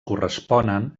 corresponen